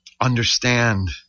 understand